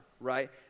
Right